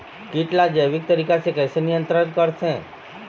कीट ला जैविक तरीका से कैसे नियंत्रण करथे?